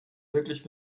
wirklich